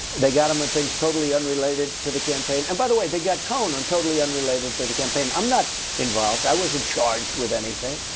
they got him on things totally unrelated to the campaign and by the way, they got cohen on totally unrelated to the campaign. i'm not involved, i wasn't charged with anything!